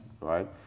right